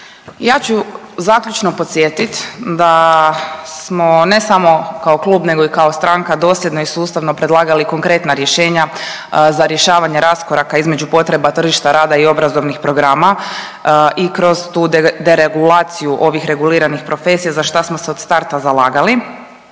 Ja ću zaključno podsjetit da smo ne samo kao klub nego i kao stranka dosljedno i sustavno predlagali konkretna rješenja za rješavanje raskoraka između potreba tržišta rada i obrazovnih programa i kroz tu deregulaciju ovih reguliranih profesija za šta smo se od starta zalagali,